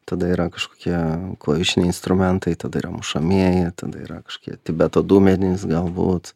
tada yra kažkokie klavišiniai instrumentai tada yra mušamieji tada yra kažkokie tibeto dubenys galbūt